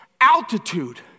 altitude